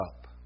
up